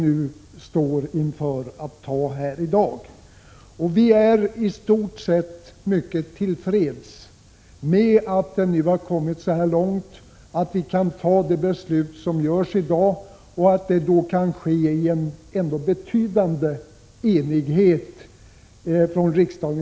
26 november 1986 Vi är i stort sett till freds med att vi nu kommit så långt att riksdagen kan. I oo or fatta beslut om denna lag och att detta kan ske i betydande enighet.